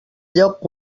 lloc